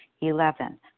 Eleven